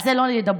על זה לא ידברו,